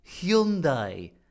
Hyundai